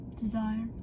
Desire